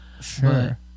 Sure